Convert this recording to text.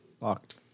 Locked